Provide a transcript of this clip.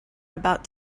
about